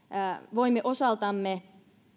voimme osaltamme